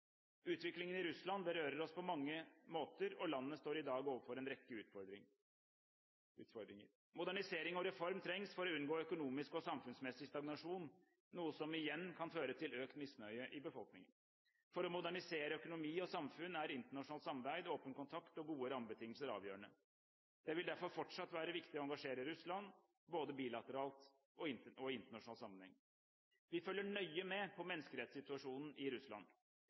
Utviklingen i Russland berører oss på mange måter, og landet står i dag overfor en rekke utfordringer. Modernisering og reform trengs for å unngå økonomisk og samfunnsmessig stagnasjon, noe som igjen kan føre til økt misnøye i befolkningen. For å modernisere økonomi og samfunn er internasjonalt samarbeid, åpen kontakt og gode rammebetingelser avgjørende. Det vil derfor fortsatt være viktig å engasjere Russland, både bilateralt og i internasjonal sammenheng. Vi følger nøye med på menneskerettighetssituasjonen i Russland.